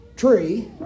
Tree